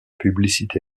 publicité